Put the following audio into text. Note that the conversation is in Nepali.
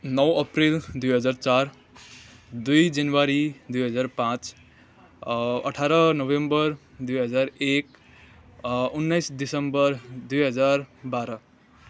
नौ अप्रेल दुई हजार चार दुई जनवरी दुई हजार पाँच अठार नोभेम्बर दुई हजार एक उन्नाइस दिसम्बर दुई हजार बाह्र